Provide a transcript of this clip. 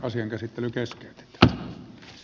asian käsittely keskeytetään